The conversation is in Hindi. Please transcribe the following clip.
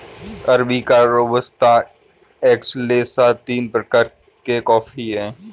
अरबिका रोबस्ता एक्सेलेसा तीन प्रकार के कॉफी हैं